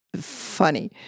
funny